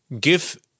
give